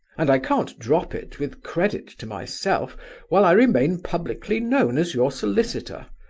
and i can't drop it with credit to myself while i remain publicly known as your solicitor.